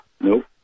Nope